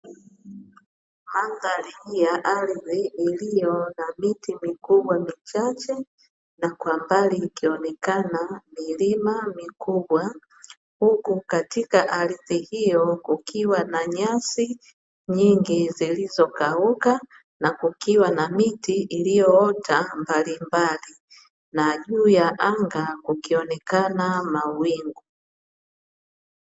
Mandhari hii ya ardhi iliyo na miti mikubwa michache na kwa mbali ikionekana milima mikubwa, huku katika ardhi hiyo kukiwa na nyasi nyingi zilizokauka, na kukiwa na miti iliyoota mbalimbali na juu ya anga kukionekana mawingu.